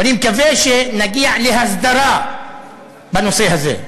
ואני מקווה שנגיע להסדרה בנושא הזה.